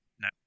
No